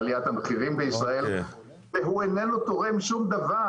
לעליית המחירים בישראל והוא איננו תורם שום דבר.